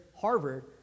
Harvard